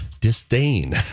disdain